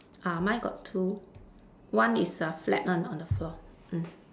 ah mine got two one is a flat one on the floor mm